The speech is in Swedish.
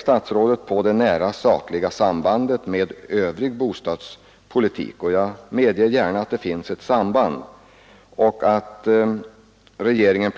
Statsrådet pekar på det nära sakliga sambandet med övrig bostadspolitik och att regeringen planerar att framlägga ett förslag till riksdagen på detta område i oktober månad.